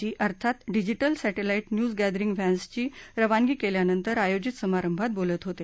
जी अर्थात digital satellite news gathering व्हॅन्सची रवानगी केल्यानंतर आयोजित समारंभात बोलत होते